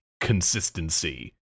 consistency